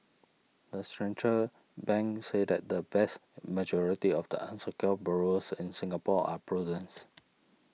the central bank said that the vast majority of the unsecured borrowers in Singapore are prudent